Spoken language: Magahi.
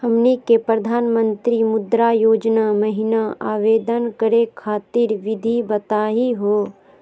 हमनी के प्रधानमंत्री मुद्रा योजना महिना आवेदन करे खातीर विधि बताही हो?